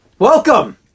Welcome